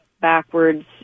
backwards